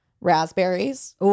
Raspberries